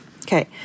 Okay